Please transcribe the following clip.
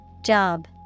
Job